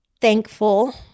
thankful